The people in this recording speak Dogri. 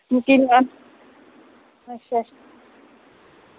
ओह् इंया अच्छा अच्छा